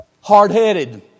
hard-headed